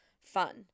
fun